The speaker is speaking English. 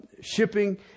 shipping